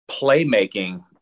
playmaking